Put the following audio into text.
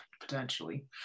potentially